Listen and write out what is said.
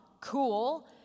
cool